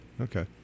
Okay